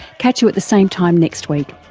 catch you at the same time next week.